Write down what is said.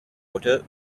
water